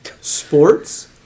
Sports